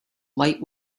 light